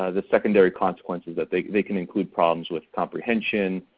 ah the secondary consequences that they they can include problems with comprehension,